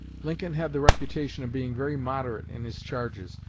lincoln had the reputation of being very moderate in his charges.